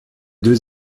deux